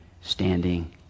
standing